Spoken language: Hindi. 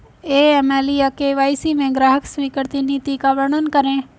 ए.एम.एल या के.वाई.सी में ग्राहक स्वीकृति नीति का वर्णन करें?